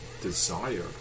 desire